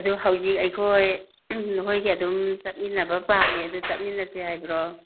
ꯑꯗꯨ ꯍꯧꯖꯤꯛ ꯑꯩꯈꯣꯏ ꯅꯣꯏꯒ ꯑꯗꯨꯝ ꯆꯠꯃꯤꯟꯅꯕ ꯄꯥꯝꯃꯤ ꯑꯗꯨ ꯆꯠꯃꯤꯟꯅꯁꯤ ꯍꯥꯏꯕ꯭ꯔꯣ